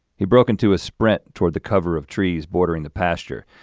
he broke into a sprint toward the cover of trees bordering the pasture,